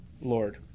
Lord